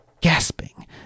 gasping